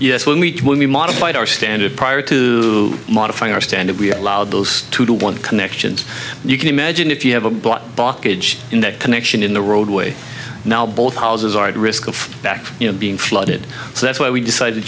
yes when we will be modified our standard prior to modifying our standard we allowed those two to one connections you can imagine if you have a blot bach age in that connection in the roadway now both houses are at risk back you know being flooded so that's why we decided to